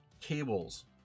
cables